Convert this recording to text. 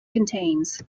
contains